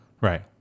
right